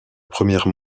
première